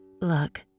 Look